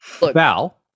Val